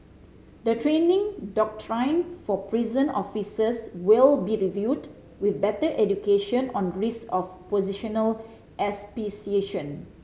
the training doctrine for prison officers will be reviewed with better education on risk of positional asphyxiation